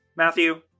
Matthew